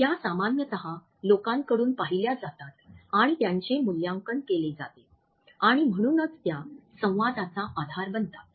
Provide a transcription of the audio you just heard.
त्या सामान्यत लोकांकडून पाहिल्या जातात आणि त्यांचे मूल्यांकन केले जाते आणि म्हणूनच त्या संवादाचा आधार बनतात